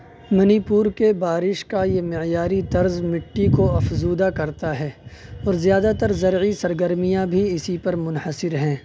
منی پور کے بارش کا یہ معیاری طرز مٹّی کو افزودہ کرتا ہے اور زیادہ تر زرعی سرگرمیاں بھی اسی پر منحصر ہیں